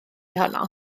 honno